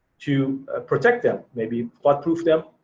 to protect them. maybe flood proof them,